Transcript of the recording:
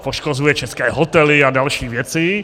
Poškozuje české hotely a další věci.